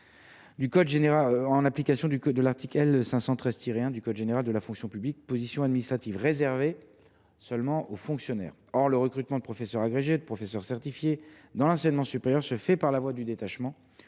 en application de l’article L. 513 1 du code général de la fonction publique, car cette position administrative est réservée aux seuls fonctionnaires. Le recrutement de professeurs agrégés et de professeurs certifiés dans l’enseignement supérieur se fait par la voie du détachement